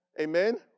amen